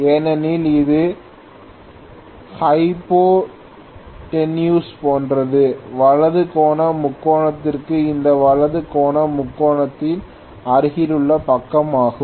ஏனெனில் இது ஹைபோடென்யூஸ் போன்றது வலது கோண முக்கோணத்திற்கு இந்த வலது கோண முக்கோணத்தின் அருகிலுள்ள பக்கமாகும்